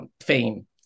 fame